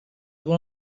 one